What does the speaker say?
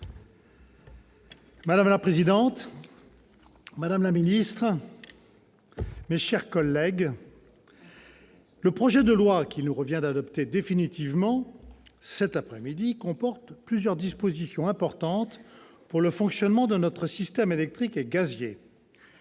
Madame la présidente, madame la ministre, mes chers collègues, le projet de loi qu'il nous revient d'adopter définitivement cet après-midi comporte plusieurs dispositions importantes pour le fonctionnement de notre système électrique et gazier.